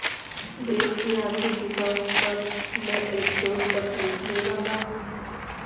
देश की आर्थिक विकास पर मैं एक शोध पत्र लिखने वाला हूँ